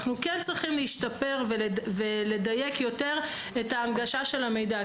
אנחנו כן צריכים להשתפר ולדייק יותר את הנגשת המידע.